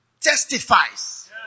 Testifies